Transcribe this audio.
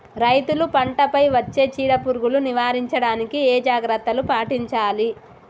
రైతులు పంట పై వచ్చే చీడ పురుగులు నివారించడానికి ఏ జాగ్రత్తలు పాటించాలి?